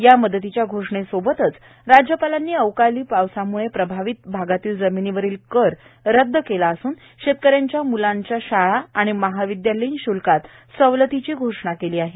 या मदतीच्या घोषणेसोबतच राज्यपालांनी अवकाळी पावसाम्ळे प्रभावित भागातील जमिनीवरील कर रदद केला असून शेतकऱ्यांच्या मुलांच्या शाळा महाविद्यालयीन शुल्कात सवलतीची घोषणा केली आहे